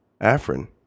Afrin